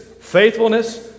faithfulness